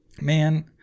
man